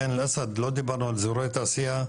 עין אל-אסד לא דיברנו על אזורי תעשייה,